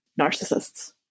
narcissists